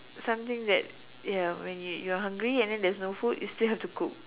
something that ya when you you're hungry and then there's no food you still have to cook